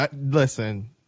listen